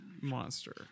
monster